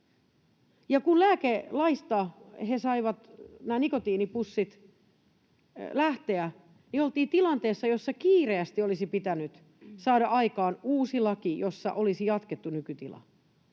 kun lääkelaista saivat nikotiinipussit lähteä, niin oltiin tilanteessa, jossa kiireesti olisi pitänyt saada aikaan uusi laki, jossa olisi jatkettu nykytilaa.